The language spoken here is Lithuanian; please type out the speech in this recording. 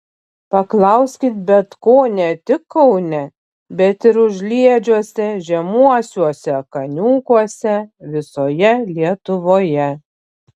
paklauskit bet ko ne tik kaune bet ir užliedžiuose žemuosiuose kaniūkuose visoje lietuvoje